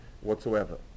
whatsoever